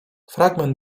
fragment